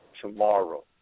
tomorrow